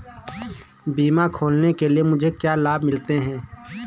बीमा खोलने के लिए मुझे क्या लाभ मिलते हैं?